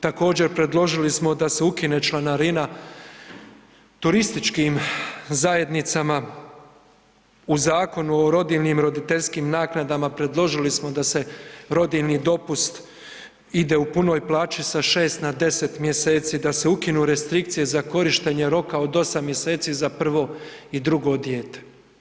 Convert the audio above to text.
Također predložili smo da se ukine članarina turističkim zajednicama u Zakonu o roditeljnim i roditeljskim naknadama, predložili smo da se rodiljni dopust ide u punoj plaći sa 6 na 10 mjeseci, da se ukinu restrikcije za korištenje roka od 8 mjeseci za prvo i drugo dijete.